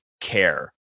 care